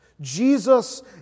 Jesus